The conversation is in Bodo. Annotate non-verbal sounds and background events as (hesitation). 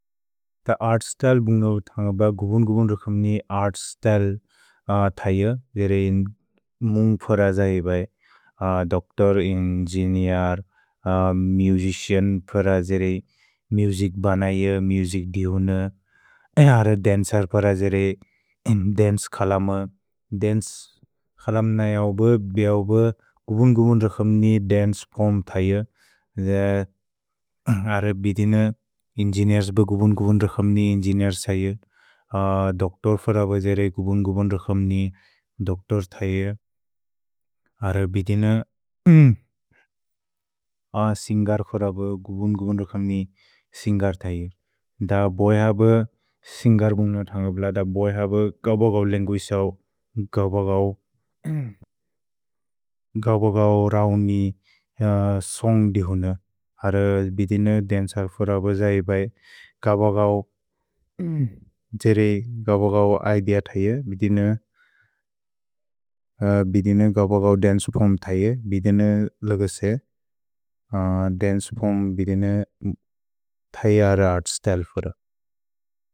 त् अर्त् स्त्य्ले बुन्गवु थन्गब गुबुन्-गुबुन् रक्सम्नि अर्त् स्त्य्ले थय, जेरे मुन्ग् फर जहे बै, दोच्तोर्, एन्गिनीर्, (hesitation) मुसिचिअन् फर जेरे मुजिक् बनय, मुजिक् दिहुन, अय हर दन्चेर् फर जेरे दन्चे खलम। दन्चे खलम नैऔ ब बिऔ ब गुबुन्-गुबुन् रक्सम्नि दन्चे फोर्म् थय, जरे बिदिन एन्गिनीर्स् ब गुबुन्-गुबुन् रक्सम्नि एन्गिनीर्स् थय। दोच्तोर् फर ब जेरे गुबुन्-गुबुन् रक्सम्नि दोच्तोर्स् थय, हर बिदिन अ (hesitation) सिन्गेर् फर ब गुबुन्-गुबुन् रक्सम्नि सिन्गेर् थय, द बोय् हब सिन्गेर् बुन्गवु थन्गब ल। द बोय् हब गबगओ लन्गुअगे थओ, गबगओ, गबगओ (hesitation) रौनि सोन्ग् दिहुन, हर बिदिन दन्चेर् फर ब जहे बै, गबगओ, (hesitation) जेरे गबगओ इदेअ थय, बिदिन, बिदिन गबगओ दन्चे फोर्म् थय, बिदिन लगसे, दन्चे फोर्म् बिदिन थय अर अर्त् स्त्य्ले फर।